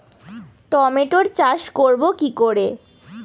টমেটোর চাষ করব কি করে?